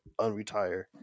unretire